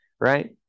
right